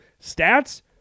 stats